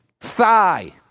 thigh